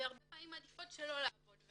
ולכן הרבה פעמים הן מעדיפות לא לעבוד עם הקהילה.